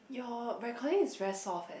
your recording is very soft eh